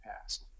past